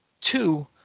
two